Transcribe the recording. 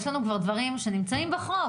יש לנו כבר דברים שנמצאים בחוק.